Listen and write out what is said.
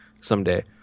someday